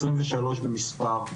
23 במספר,